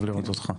טוב לראות אותך.